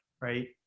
right